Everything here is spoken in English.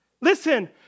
Listen